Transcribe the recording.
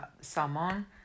Salmon